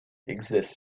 exists